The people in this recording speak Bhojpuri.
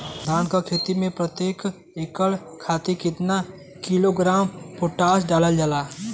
धान क खेती में प्रत्येक एकड़ खातिर कितना किलोग्राम पोटाश डालल जाला?